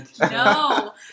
no